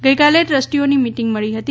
ગઇકાલે ટ્રસ્ટીઓની મીટીંગ મળા હતી